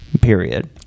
Period